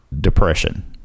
depression